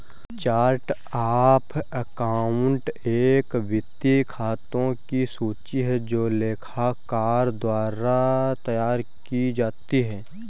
chart of account एक वित्तीय खातों की सूची है जो लेखाकार द्वारा तैयार की जाती है